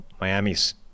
Miami's